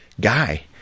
guy